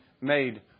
made